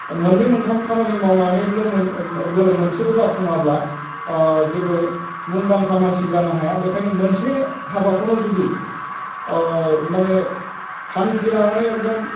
मोननै मोनथाम खामानि मावनानैब्लो बो मोनसेबो जाफुङाबा जेबो मुंदांखा मानसि जानो हाया बेखायनो मोनसे हाबाखौनो जुदि माने थांखि लानानै एकदम